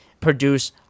produce